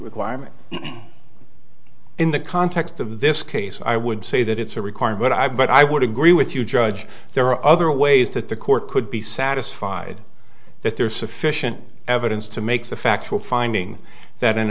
requirement in the context of this case i would say that it's a required but i but i would agree with you judge there are other ways that the court could be satisfied that there is sufficient evidence to make the factual finding that an